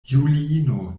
juliino